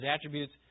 attributes